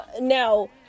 Now